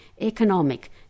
economic